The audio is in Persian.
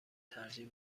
ترجیح